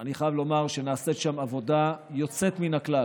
אני חייב לומר שנעשית שם עבודה יוצאת מן הכלל,